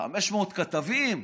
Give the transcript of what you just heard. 500 כתבים,